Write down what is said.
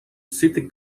city